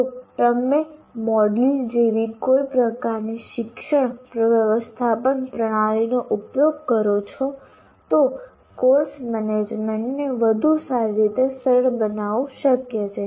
જો તમે MOODLE જેવી કોઈ પ્રકારની શિક્ષણ વ્યવસ્થાપન પ્રણાલીનો ઉપયોગ કરો છો તો કોર્સ મેનેજમેન્ટને વધુ સારી રીતે સરળ બનાવવું શક્ય છે